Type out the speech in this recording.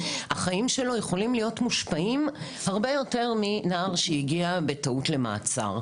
החיים שלו יכולים להיות מושפעים הרבה יותר מנער שהגיע בטעות למעצר,